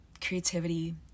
creativity